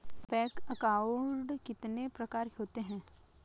Bank account कितने प्रकार के होते हैं?